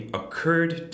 occurred